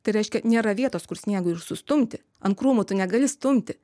tai reiškia nėra vietos kur sniegui ir sustumti ant krūmų tu negali stumti